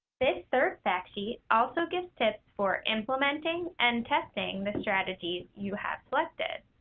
this third fact sheet also gives tips for implementing and testing the strategies you have selected.